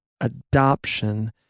adoption